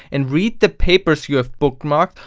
and read the papers you have bookmarked,